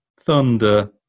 thunder